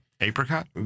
Apricot